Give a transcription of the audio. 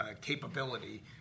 capability